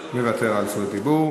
מוותר על זכות הדיבור.